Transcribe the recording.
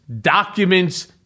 documents